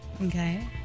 Okay